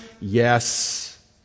Yes